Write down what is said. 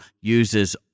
uses